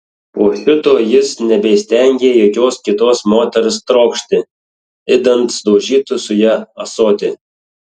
po šito jis nebeįstengė jokios kitos moters trokšti idant sudaužytų su ja ąsotį